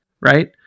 right